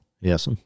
Yes